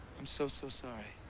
i'm so, so sorry.